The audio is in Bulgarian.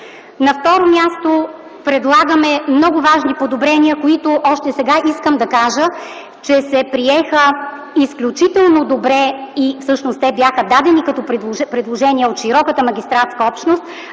На второ място, предлагаме много важни подобрения, които, още сега искам да кажа, се приеха изключително добре. Всъщност те бяха дадени като предложения от широката магистратска общност,